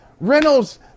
Reynolds